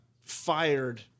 fired